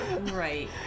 right